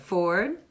Ford